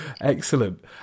Excellent